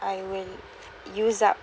I will use up